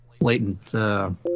latent